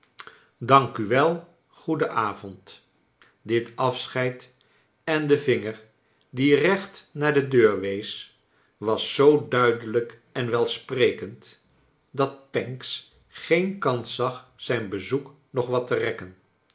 dank u wel goeden avond dit afscheid en de vinger die recht naar de deur wees was zoo duidelijk en welsprekend dat pancks geen kans zag zijn bezoek nog wat te rekken